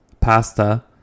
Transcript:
pasta